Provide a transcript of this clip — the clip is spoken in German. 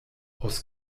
aus